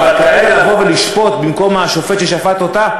אבל עובדתית הקצינה נשפטה, שפטו אותה,